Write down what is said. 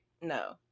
No